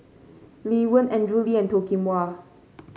Lee Wen Andrew Lee and Toh Kim Hwa